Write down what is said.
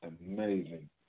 amazing